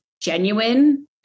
genuine